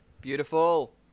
Beautiful